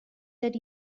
that